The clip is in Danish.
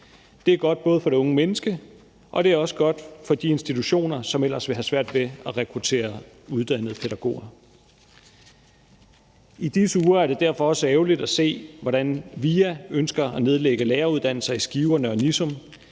Det er både godt for det unge menneske, og det er godt for de institutioner, som ellers vil have svært ved at rekruttere uddannede pædagoger. I disse uger er det derfor også ærgerligt og se, hvordan VIA ønsker at nedlægge læreruddannelser i Skive og Nørre